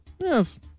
Yes